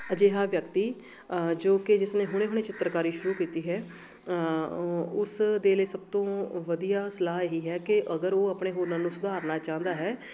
ਅਜਿਹਾ ਵਿਅਕਤੀ ਜੋ ਕਿ ਜਿਸਨੇ ਹੁਣੇ ਹੁਣੇ ਚਿੱਤਰਕਾਰੀ ਸ਼ੁਰੂ ਕੀਤੀ ਹੈ ਉਹ ਉਸ ਦੇ ਲਈ ਸਭ ਤੋਂ ਵਧੀਆ ਸਲਾਹ ਇਹੀ ਹੈ ਕਿ ਅਗਰ ਉਹ ਆਪਣੇ ਹੁਨਰ ਨੂੰ ਸੁਧਾਰਨਾ ਚਾਹੁੰਦਾ ਹੈ